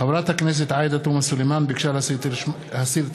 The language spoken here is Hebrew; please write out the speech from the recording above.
חברת הכנסת עאידה תומא סלימאן ביקשה להסיר את